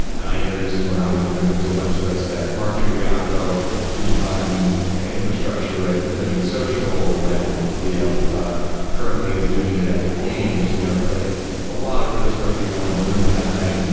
and i introduced him around the room to bunch of those guys. mark imbriaco who's run infrastructure at livingsocial and ah ah currently is doing it at epic games. you know like a lot of really smart people were in the room that night, and